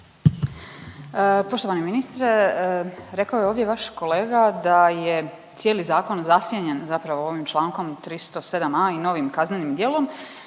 Poštovani ministre, rekao je ovdje vaš kolega da je cijeli zakon zasjenjen zapravo ovim čl. 307.a. i novim kaznenim djelom,